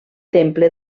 temple